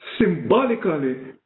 symbolically